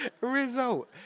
result